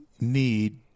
need